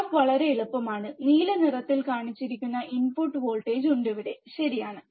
graph വളരെ എളുപ്പമാണ് നീല നിറത്തിൽ കാണിച്ചിരിക്കുന്ന ഇൻപുട്ട് വോൾട്ടേജ് ഉണ്ട് ഇവിടെ ശരിയാണ്